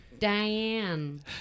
Diane